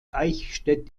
eichstätt